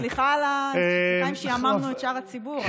סליחה אם שעממנו את שאר הציבור,